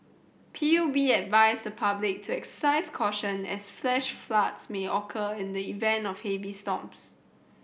P U B advised the public to exercise caution as flash floods may occur in the event of heavy storms